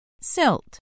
SILT